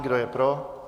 Kdo je pro?